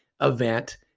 event